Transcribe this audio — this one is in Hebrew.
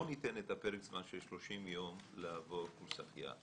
לא ניתן פרק זמן של 30 ימים לעבור קורס החייאה.